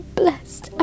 blessed